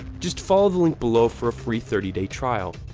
just follow the link below for a free thirty day trial.